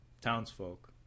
townsfolk